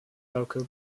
local